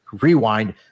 rewind